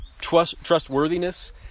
trustworthiness